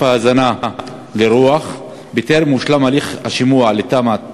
ההזנה לרוח בטרם הושלם הליך השימוע לתמ"א רוח?